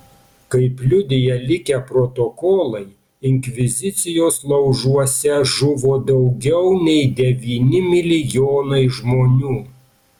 kaip liudija likę protokolai inkvizicijos laužuose žuvo daugiau nei devyni milijonai žmonių